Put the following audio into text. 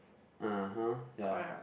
(uh huh) ya